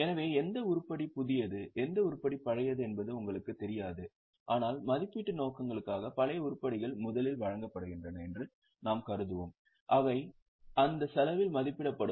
எனவே எந்த உருப்படி புதியது எந்த உருப்படி பழையது என்பது உங்களுக்குத் தெரியாது ஆனால் மதிப்பீட்டு நோக்கங்களுக்காக பழைய உருப்படிகள் முதலில் வழங்கப்படுகின்றன என்று நாம் கருதுவோம் அவை அந்த செலவில் மதிப்பிடப்படும்